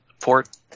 port